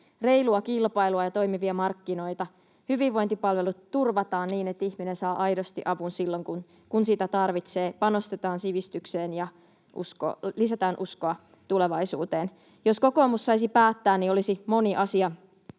reilua kilpailua ja toimivia markkinoita, hyvinvointipalvelut turvataan niin, että ihminen saa aidosti avun silloin, kun sitä tarvitsee, panostetaan sivistykseen ja lisätään uskoa tulevaisuuteen? Jos kokoomus saisi päättää, niin olisi moni asia